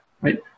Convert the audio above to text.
right